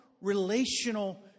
relational